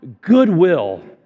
goodwill